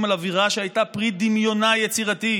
על עבירה שהייתה פרי דמיונה היצירתי,